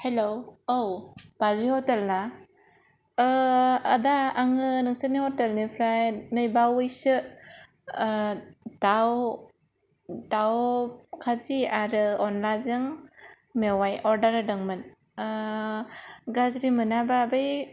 हेल' औ बाजै हटेल ना आदा आङो नोंसोरनि होटेलनिफ्राय नै बावैसो दाव खाजि आरो अनलाजों मेवाय अर्डार होदोंमोन गाज्रि मोनाबा बै